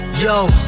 Yo